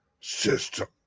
system